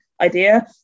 idea